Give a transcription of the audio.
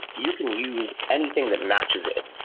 you can use anything that matches it,